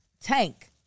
Tank